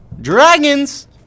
Dragons